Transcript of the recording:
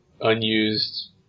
unused